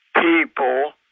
people